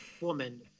woman